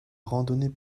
randonnée